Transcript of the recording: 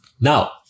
Now